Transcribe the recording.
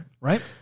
Right